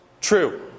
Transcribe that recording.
true